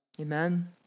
Amen